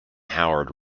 howard